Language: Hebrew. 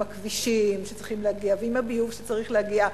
הכבישים שצריכים להגיע ועם הביוב שצריך להגיע.